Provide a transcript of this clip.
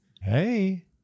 hey